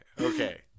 okay